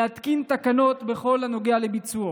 להתקין תקנות בכל הנוגע לביצועו.